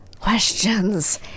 Questions